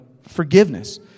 forgiveness